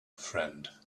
friend